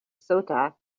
ceuta